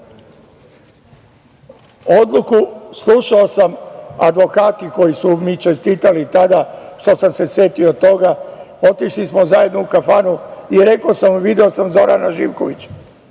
slušao sam advokate koji su mi čestitali tada, što sam se setio toga. Otišli smo zajedno u kafanu i rekao sam da sam video Zorana Živkovića,